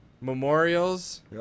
memorials